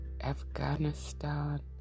Afghanistan